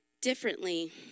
differently